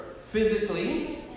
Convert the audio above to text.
physically